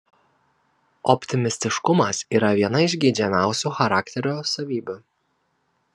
optimistiškumas yra viena iš geidžiamiausių charakterio savybių